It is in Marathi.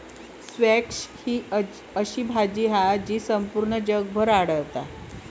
स्क्वॅश ही अशी भाजी हा जी संपूर्ण जगभर आढळता